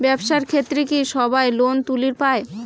ব্যবসার ক্ষেত্রে কি সবায় লোন তুলির পায়?